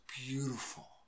beautiful